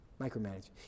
Micromanage